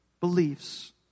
beliefs